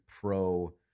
pro